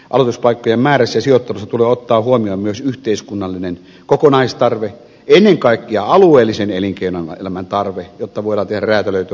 aloituspaikkojen määrässä ja sijoittelussa tulee ottaa huomioon myös yhteiskunnallinen kokonaistarve ennen kaikkea alueellisen elinkeinoelämän tarve jotta voidaan tehdä räätälöityä koulutusta